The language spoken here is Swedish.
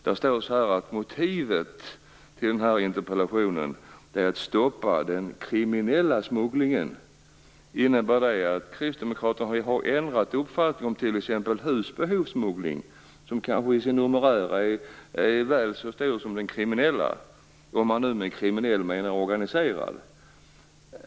Det står att motivet till interpellationen är att stoppa den kriminella smugglingen. Innebär det att Kristdemokraterna har ändrat uppfattning om t.ex. husbehovssmugglingen, som kanske till sin numerär är väl så stor som den kriminella smugglingen om man med kriminell menar organiserad?